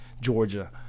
Georgia